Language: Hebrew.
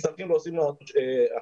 צריך להוסיף לו השלמה.